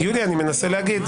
יוליה, אני מנסה להגיד.